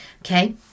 okay